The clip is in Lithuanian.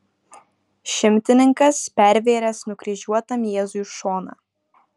šimtininkas pervėręs nukryžiuotam jėzui šoną